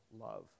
love